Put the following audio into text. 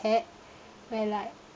had where like